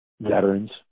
veterans